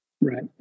Right